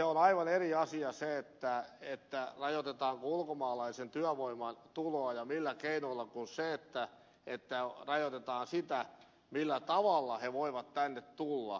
on aivan eri asia se rajoitetaanko ulkomaalaisen työvoiman tuloa ja millä keinoilla kuin se että rajoitetaan sitä millä tavalla he voivat tänne tulla